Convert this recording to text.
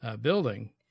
building